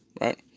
right